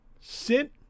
sit